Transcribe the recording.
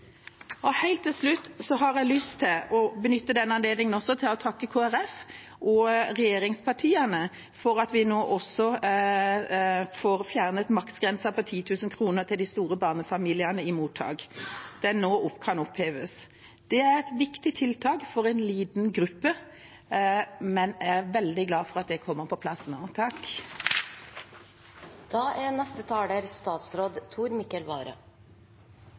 Helt til slutt har jeg lyst til å benytte denne anledningen også til å takke Kristelig Folkeparti og regjeringspartiene for at vi nå får fjernet maksgrensen på 10 000 kr til de store barnefamiliene i mottak, at den nå kan oppheves. Det er et viktig tiltak for en liten gruppe, men jeg er veldig glad for at det kommer på plass nå.